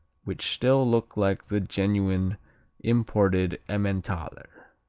which still look like the genuine imported emmentaler.